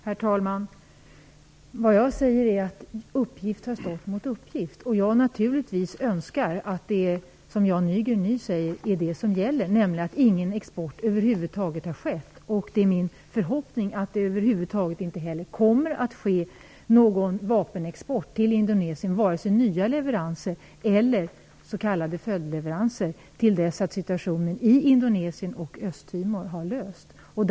Herr talman! Vad jag säger är att uppgift har stått emot uppgift. Jag önskar naturligtvis att det som Jan Nygren nu säger är det som gäller, nämligen att ingen export över huvud taget har skett. Det är min förhoppning att det inte kommer att ske någon vapenexport till Indonesien, vare sig ifråga om nya leveranser eller s.k. följdleveranser till dess att situationen i Indonesien och Östtimor har lösts.